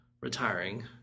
retiring